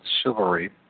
chivalry